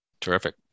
Terrific